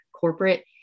corporate